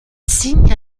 signe